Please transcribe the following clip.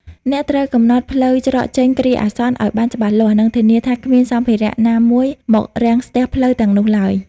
អ្នកត្រូវកំណត់ ផ្លូវច្រកចេញគ្រាអាសន្ន ឱ្យបានច្បាស់លាស់ និងធានាថាគ្មានសម្ភារៈណាមួយមករាំងស្ទះផ្លូវទាំងនោះឡើយ។